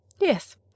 Yes